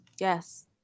Yes